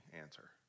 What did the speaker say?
answer